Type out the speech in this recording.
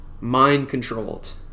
mind-controlled